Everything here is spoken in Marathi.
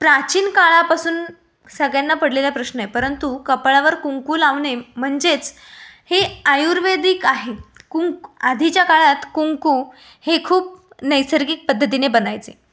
प्राचीन काळापासून सगळ्यांना पडलेला प्रश्न आहे परंतु कपाळावर कुंकू लावणे म्हणजेच हे आयुर्वेदिक आहे कुं आधीच्या काळात कुंकू हे खूप नैसर्गिक पद्धतीने बनायचे